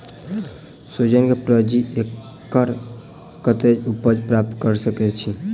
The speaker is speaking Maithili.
सोहिजन केँ प्रति एकड़ कतेक उपज प्राप्त कऽ सकै छी?